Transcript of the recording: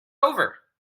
over